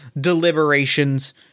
deliberations